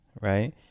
right